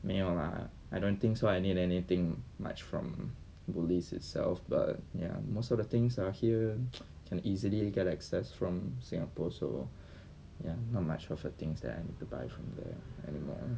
没有 lah I don't think so I need anything much from Woolies itself but ya most of the things are here can easily get access from singapore also ya not much of a things that I need to buy from there anymore